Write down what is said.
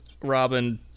robin